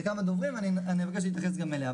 כמה דוברים ואני אבקש להתייחס גם אליה,